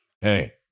hey